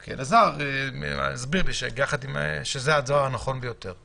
רק אלעזר הסביר לי שזה הדבר הנכון ביותר.